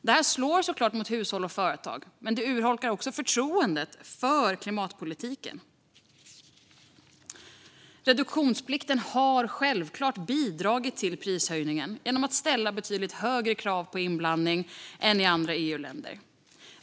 Det här slår såklart mot såväl hushåll som företag, men det urholkar också förtroendet för klimatpolitiken. Reduktionsplikten har självklart bidragit till prishöjningen genom ett betydligt högre krav på inblandning av biobränslen än i andra EU-länder.